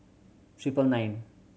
triple nine